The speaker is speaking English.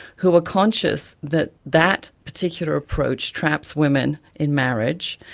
who are conscious that that particular approach traps women in marriage,